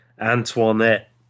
Antoinette